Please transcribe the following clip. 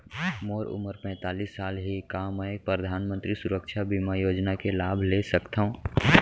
मोर उमर पैंतालीस साल हे का मैं परधानमंतरी सुरक्षा बीमा योजना के लाभ ले सकथव?